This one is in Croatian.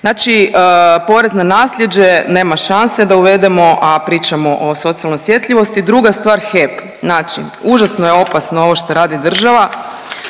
Znači porez na nasljeđe nema šanse da uvedemo, a pričamo o socijalnoj osjetljivosti. I druga stvar HEP. Znači užasno je opasno ovo što radi država.